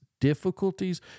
difficulties